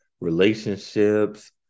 relationships